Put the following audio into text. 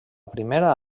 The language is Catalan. primera